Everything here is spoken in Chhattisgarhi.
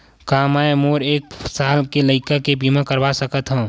का मै मोर एक साल के लइका के बीमा करवा सकत हव?